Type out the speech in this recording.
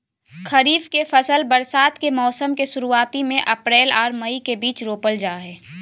खरीफ के फसल बरसात के मौसम के शुरुआती में अप्रैल आर मई के बीच रोपल जाय हय